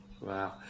Wow